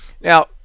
Now